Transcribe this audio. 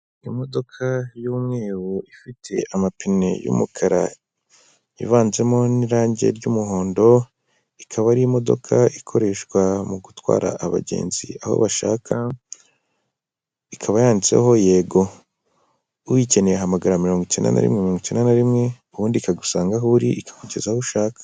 Imodoka y'umweru ifite amapine y'umukara ivanzemo n'irange ry'umuhondo ikaba ari imodoka ikoreshwa mu gutwara abagenzi aho bashaka, ikaba yanditseho yego uyikeneye ahamagara mirongo icyenda na rimwe mirongo icyenda na rimwe ubundi ikagusanga aho uri, ikakugeza aho ushaka.